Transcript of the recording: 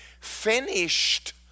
finished